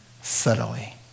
Subtly